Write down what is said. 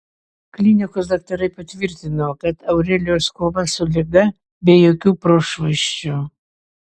klinikos daktarai patvirtino kad aurelijos kova su liga be jokių prošvaisčių